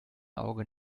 auge